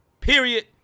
period